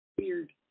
Weird